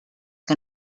que